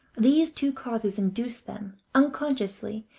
these two causes induce them, unconsciously,